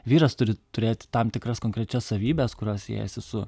vyras turi turėti tam tikras konkrečias savybes kurios siejasi su